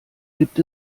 gibt